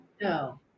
No